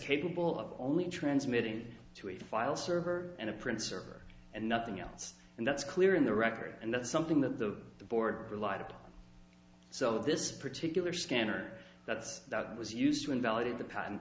capable of only transmitting it to a file server and a print server and nothing else and that's clear in the record and that's something that the board relied upon so this particular scanner that's that was used to invalidate the p